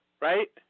right